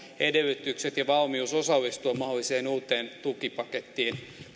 edellytykset ja valmius osallistua mahdolliseen uuteen tukipakettiin